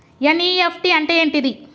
NEFT అంటే ఏంటిది?